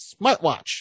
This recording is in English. smartwatch